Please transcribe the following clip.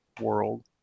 world